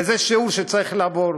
זה שיעור שכולם צריכים לעבור.